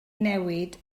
newid